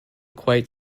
quite